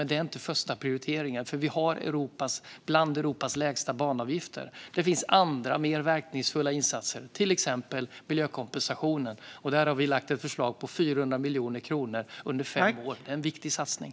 Men det är inte den första prioriteringen, eftersom vi har bland Europas lägsta banavgifter. Det finns andra mer verkningsfulla insatser, till exempel miljökompensationen. Där har vi lagt fram ett förslag på 400 miljoner kronor under fem år. Det är en viktig satsning.